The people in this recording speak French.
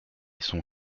sont